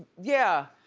yeah.